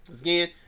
Again